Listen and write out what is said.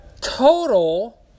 total